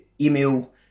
email